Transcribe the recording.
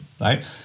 right